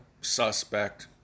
suspect